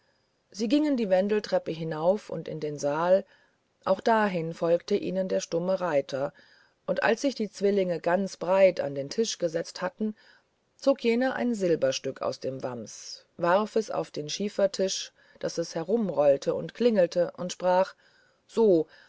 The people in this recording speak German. sie gingen die wendeltreppen hinauf und in den saal auch dahin folgte ihnen der stumme reiter und als sich die zwillinge ganz breit an den tisch gesetzt hatten zog jener ein silberstück aus dem wams warf es auf den schiefertisch daß es umherrollte und klingelte und sprach so